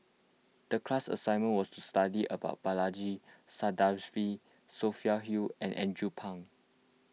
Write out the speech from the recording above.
the class assignment was to study about Balaji Sadasivan Sophia Hull and Andrew Phang